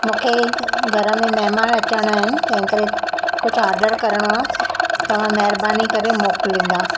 मुंहिंजे घर में महिमान अचणा आहिनि तंहिं करे कुझु ऑडर करिणो आहे तव्हां महिरबानी करे मोकिलींदा